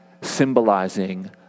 symbolizing